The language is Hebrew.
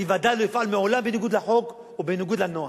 אני בוודאי לא אפעל לעולם בניגוד לחוק ובניגוד לנוהל,